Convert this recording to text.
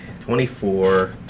twenty-four